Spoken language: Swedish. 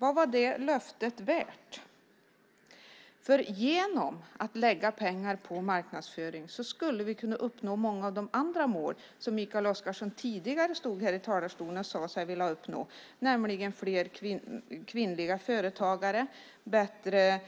Vad var det löftet värt? Genom att lägga pengar på marknadsföring skulle vi kunna uppnå många av de andra mål som Mikael Oscarsson tidigare stod i talarstolen och sade sig vilja uppnå, nämligen fler kvinnliga företagare, bättre